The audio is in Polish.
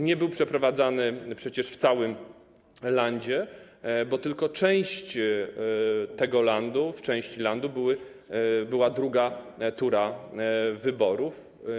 Nie był przeprowadzany przecież w całym landzie, objął tylko część tego landu - w części landu była druga tura wyborów.